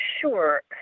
Sure